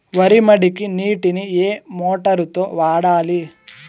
వరి మడికి నీటిని ఏ మోటారు తో వాడాలి?